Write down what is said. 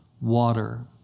water